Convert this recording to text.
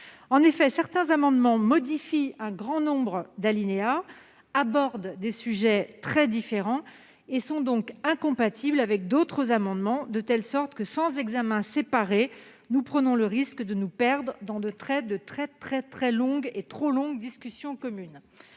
tous ici. Certains amendements visent à modifier un grand nombre d'alinéas, sur des sujets très différents, et sont donc incompatibles avec d'autres amendements, de telle sorte que, sans examen séparé, nous prenons le risque de nous perdre dans de très longues- trop longues -discussions communes.